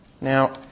Now